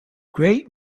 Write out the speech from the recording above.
great